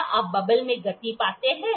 क्या आप बबल में गति पाते हैं